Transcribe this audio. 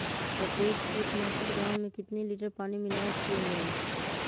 कतेक किटनाशक दवा मे कितनी लिटर पानी मिलावट किअल जाई?